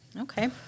Okay